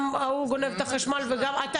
גם ההוא גונב את החשמל וגם אתה,